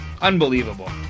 Unbelievable